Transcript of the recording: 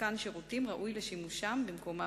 מתקן שירותים ראוי לשימושם במקום העבודה.